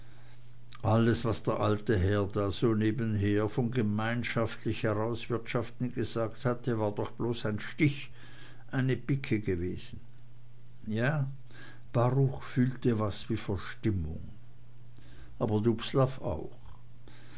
alles was der alte herr da so nebenher von gemeinschaftlich herauswirtschaften gesagt hatte war doch bloß ein stich eine pike gewesen ja baruch fühlte was wie verstimmung aber dubslav auch